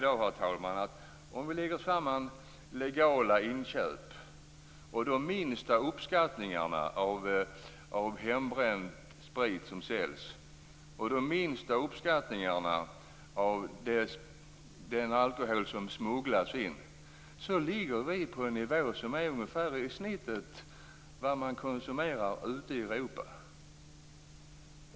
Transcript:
Faktum är att om vi lägger samman legala inköp och de minsta uppskattningarna av försäljning av hembränd sprit och de minsta uppskattningarna av insmugglad alkohol, ligger vi på en nivå som utgör genomsnittet av konsumtionen i Europa.